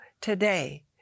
today